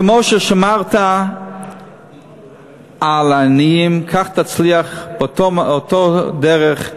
כמו ששמרת על העניים, כך תצליח, אותו דרך,